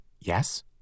Yes